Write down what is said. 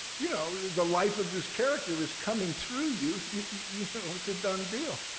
you know, the life of this character is coming through you. you you know, it's a done deal.